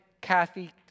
Kathy